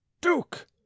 duke